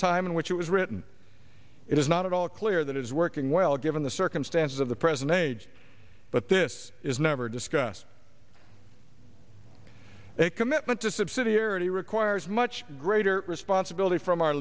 time in which it was written it is not at all clear that it is working well given the circumstances of the present a judge but this is never discussed a commitment to subsidiarity requires much greater responsibility from our